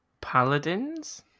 Paladins